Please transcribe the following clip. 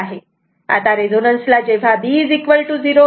आता रेझोनन्स ला जेव्हा B0 होते तेव्हा हा पार्ट 0 होतो